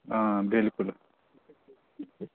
हां बिलकुल